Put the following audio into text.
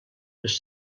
les